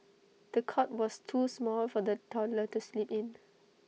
the cot was too small for the toddler to sleep in